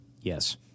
Yes